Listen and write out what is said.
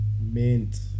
Mint